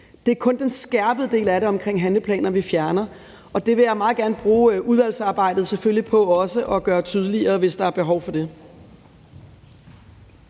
Det er kun den skærpede del af det omkring handleplaner, vi fjerner, og det vil jeg selvfølgelig meget gerne bruge udvalgsarbejdet på også at gøre tydeligere, hvis der er behov for det.